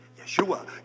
Yeshua